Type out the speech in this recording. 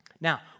Now